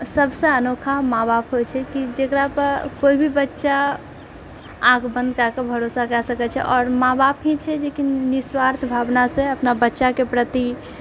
सबसँ अनोखा माँ बाप होइछेै कि जेकरा पर कोइभी बच्चा आँख बन्द कएके भरोसा कए सकैत छै आओर माँ बाप ही छै जेकि निःस्वार्थ भावनासँ अपना बच्चाकेँ प्रति